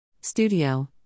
Studio